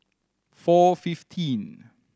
four fifteen